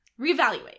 reevaluate